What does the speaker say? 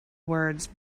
words